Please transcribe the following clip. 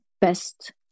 best